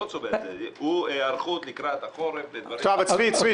זה להיערכות לקראת החורף -- צבי,